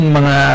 mga